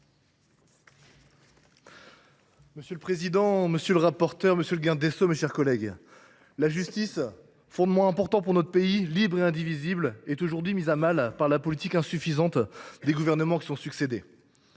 Monsieur le président, monsieur le garde des sceaux, mes chers collègues, la justice, fondement important de notre pays, libre et indivisible, est aujourd’hui mise à mal par la politique, insuffisante, des gouvernements qui se sont succédé.